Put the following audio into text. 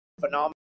phenomenal